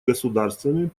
государствами